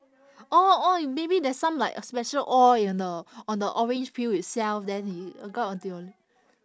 oh !oi! maybe there's some like a special oil on the on the orange peel itself then it got onto your l~